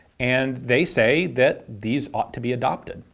and they say that these ought to be adopted.